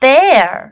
Bear